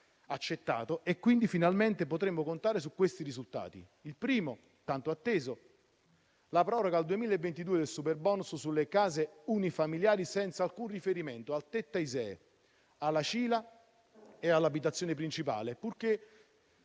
accettato. Finalmente potremo contare sui seguenti risultati. Il primo, tanto atteso, è la proroga al 2022 del superbonus sulle case unifamiliari, senza alcun riferimento al tetto ISEE, alla CILA e all'abitazione principale, purché